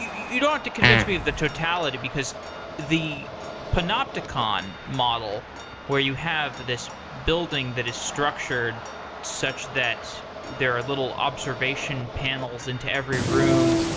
you don't have to convince me of the totality, because the panopticon model where you have this building that is structured such that there are little observation panels into every room,